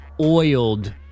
oiled